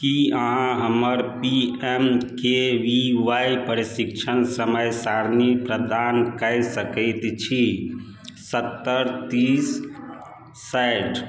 की अहाँ हमर P M K V Y प्रशिक्षण समय सारणी प्रदान कऽ सकैत छी सत्तरि तीस साठि